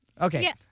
Okay